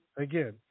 again